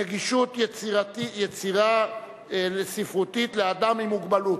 נגישות יצירה ספרותית לאדם עם מוגבלות).